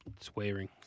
swearing